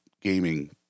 gaming